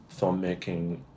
filmmaking